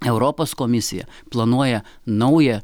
europos komisija planuoja naują